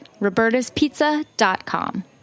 robertaspizza.com